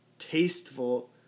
Tasteful